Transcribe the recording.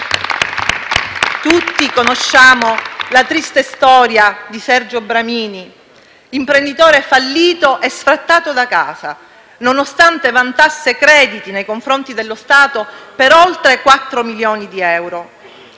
Tutti conosciamo la triste storia di Sergio Bramini, imprenditore fallito e sfrattato da casa, nonostante vantasse crediti nei confronti dello Stato per oltre 4 milioni di euro.